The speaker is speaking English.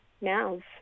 mouths